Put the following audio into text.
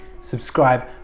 subscribe